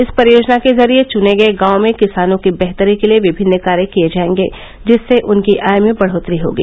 इस परियोजना के जरिए चुने गए गांव में किसानों की देहतरी के लिए विभिन्न कार्य किए जाएंगे जिससे उनकी आय में बढ़ोतरी होगी